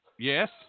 Yes